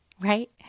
right